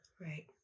Right